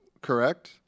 Correct